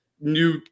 new